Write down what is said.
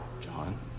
John